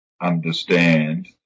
understand